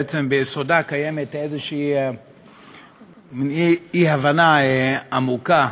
בעצם ביסודה קיימת איזושהי אי-הבנה עמוקה